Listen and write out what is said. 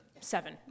seven